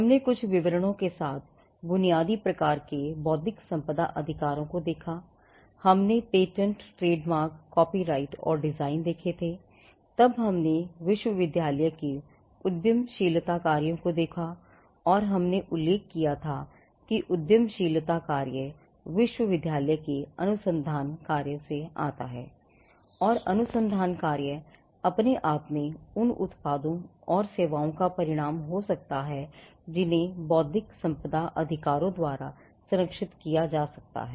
हमने कुछ विवरणों के साथ बुनियादी प्रकार के बौद्धिक संपदा अधिकारों को देखा था हमने पेटेंट ट्रेडमार्क कॉपीराइट और डिज़ाइन देखे थे तब हमने विश्वविद्यालय के उद्यमशीलता कार्य को देखा और हमने उल्लेख किया था कि उद्यमशीलता कार्य विश्वविद्यालय के अनुसंधान कार्य से आता है और अनुसंधान कार्य अपने आप में उन उत्पादों और सेवाओं का परिणाम हो सकता है जिन्हें बौद्धिक संपदा अधिकारों द्वारा संरक्षित किया जा सकता है